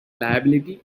liability